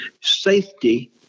safety